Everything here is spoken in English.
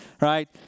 right